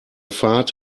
fahrt